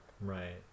Right